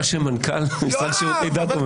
מה שמנכ"ל המשרד לשירותי דת אומר.